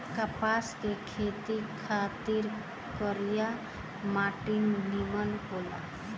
कपास के खेती खातिर करिया माटी निमन होला